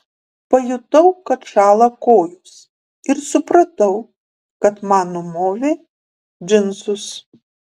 pajutau kad šąla kojos ir supratau kad man numovė džinsus